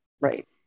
Right